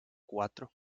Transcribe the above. cuatro